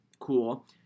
cool